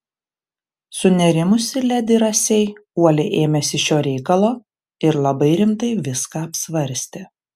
sunerimusi ledi rasei uoliai ėmėsi šio reikalo ir labai rimtai viską apsvarstė